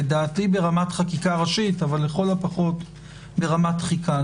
לדעתי ברמת חקיקה ראשית אבל לכל הפחות ברמת דחיקה.